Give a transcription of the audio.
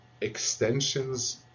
extensions